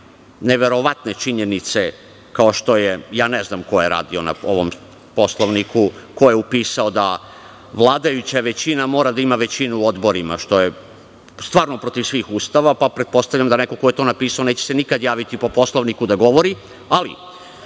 ubacivane neverovatne činjenice kao što je, ne znam ko je radio na ovom poslovniku, ko je upisao da vladajuća većina mora da ima većinu u odborima, što je stvarno protiv svih ustava, pa pretpostavljam da neko ko je to napisao neće se nikad javiti po Poslovniku da govori. Ali,